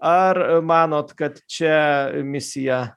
ar manot kad čia misija